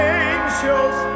angels